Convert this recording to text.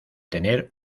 tener